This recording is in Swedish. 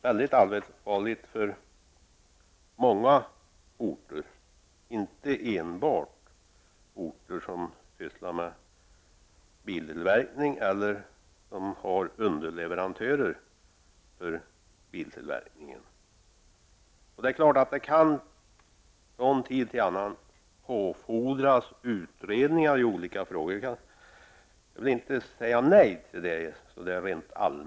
Läget är allvarligt för många orter, inte enbart för orter med biltillverkning och för orter med underleverantörer för biltillverkningen. Från tid till annan är det klart att det kan påfordras utredningar i olika frågor. Jag är inte allmänt negativ till utredningar.